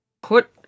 Put